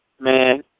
man